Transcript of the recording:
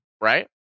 right